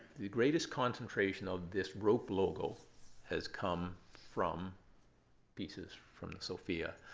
the greatest concentration of this rope logo has come from pieces from the sophia.